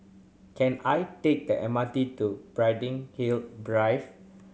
can I take the M R T to Hill Drive